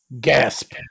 Gasp